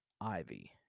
Ivy